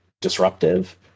disruptive